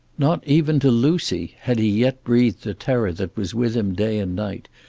not even to lucy had he yet breathed the terror that was with him day and night,